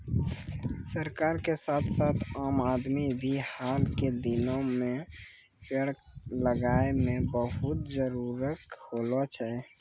सरकार के साथ साथ आम आदमी भी हाल के दिनों मॅ पेड़ लगाय मॅ बहुत जागरूक होलो छै